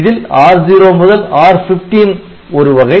இதில் R0 முதல் R15 ஒரு வகை